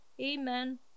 amen